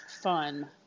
fun